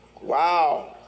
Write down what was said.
Wow